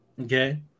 Okay